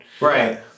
Right